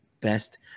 best